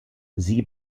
sie